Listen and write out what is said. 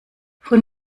von